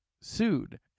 sued